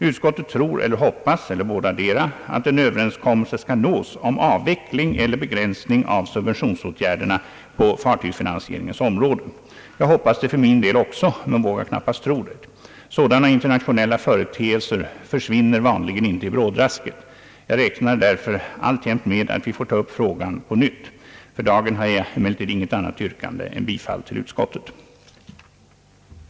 Utskottet tror eller hoppas — eller bådadera — att en överenskommelse skall nås om avveckling eller begränsning av subventionsåtgärderna på fartygsfinansieringens område. Jag hoppas det för min del också men vågar knappast tro det. Sådana internationella företeelser för svinner vanligen inte i brådrasket. Jag räknar därför alltjämt med att vi får ta upp frågan på nytt. För dagen har jag emellertid inget annat yrkande än om bifall till utskottets hemställan.